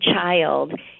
child